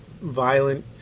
violent